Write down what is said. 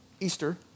Easter